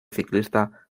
ciclista